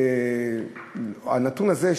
הנתון הזה,